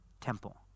temple